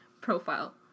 profile